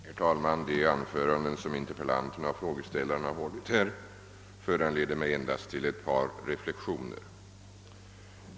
Herr talman! De anföranden som interpellanterna och frågeställaren här har hållit föranleder mig endast att göra ett par reflexioner.